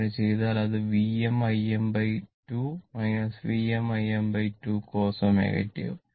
അങ്ങനെ ചെയ്താൽ അത് Vm Im2 Vm Im2 cos 2 ω t ആകും